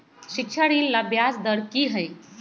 शिक्षा ऋण ला ब्याज दर कि हई?